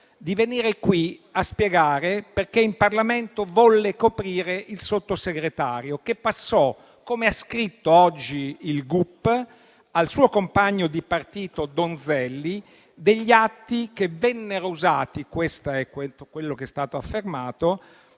di venire qui a spiegare perché in Parlamento volle coprire il Sottosegretario che passò - come ha scritto oggi il giudice per le indagini preliminari - al suo compagno di partito Donzelli degli atti che vennero usati - questo è quello che è stato affermato